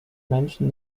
menschen